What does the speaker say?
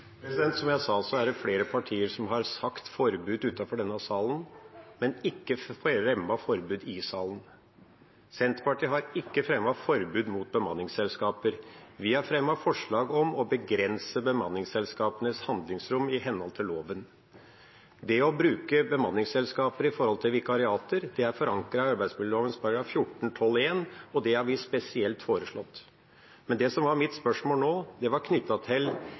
Som jeg sa, er det flere partier som har støttet forbud utenfor denne salen, men ikke fremmet forbud i denne salen. Senterpartiet har ikke fremmet forslag om forbud mot bemanningsselskaper. Vi har fremmet forslag om å begrense bemanningsselskapenes handlingsrom i henhold til loven. Det å bruke bemanningsselskaper i forhold til vikariater er forankret i arbeidsmiljøloven § 14-12 første ledd, og det har vi spesielt foreslått. Mitt spørsmål nå var